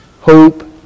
hope